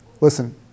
Listen